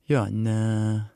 jo ne